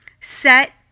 Set